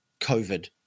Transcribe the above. covid